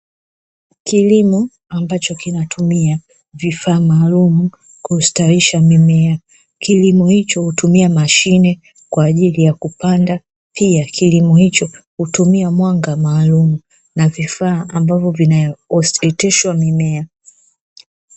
Kilimo ambacho kinatumia vifaa maalumu kustawisha mimea, kilimo hicho hutumia mashine kwa ajili ya kupanda pia kilimo hicho hutumia mwanga maalumu na vifaa ambavyo vinaoteshwa mimea.